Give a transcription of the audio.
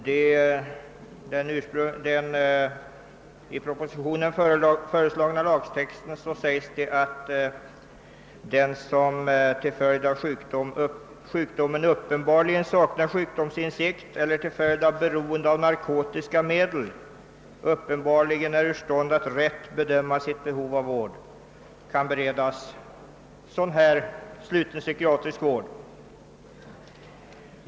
I den i propositionen föreslagna lagtexten sägs att den som »till följd av sjukdomen uppenbarligen saknar sjukdomsinsikt eller till följd av beroende av narkotiska medel uppenbarligen är ur stånd att rätt bedöma sitt behov av vård» kan beredas sådan sluten psykiatrisk vård.